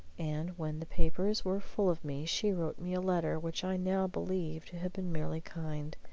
and when the papers were full of me she wrote me a letter which i now believe to have been merely kind.